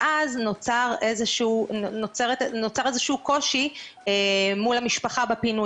ואז נוצר איזה שהוא קושי מול המשפחה בפינוי